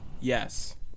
Yes